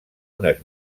unes